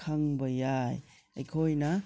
ꯈꯪꯕ ꯌꯥꯏ ꯑꯩꯈꯣꯏꯅ